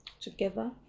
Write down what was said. together